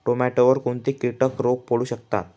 टोमॅटोवर कोणते किटक रोग पडू शकतात?